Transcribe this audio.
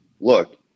look